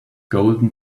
golden